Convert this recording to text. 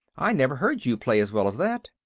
i never heard you play as well as that!